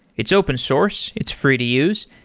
it's open source. it's free to use,